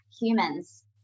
humans